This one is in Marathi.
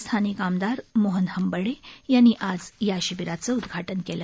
स्थानिक आमदार मोहन हंबर्डे यांनी आज या शिबिराचं उदघाटन केलं